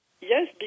Yes